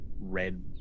red